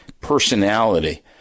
personality